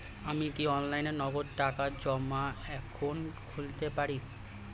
আমি কি অনলাইনে নগদ টাকা জমা এখন খুলতে পারি?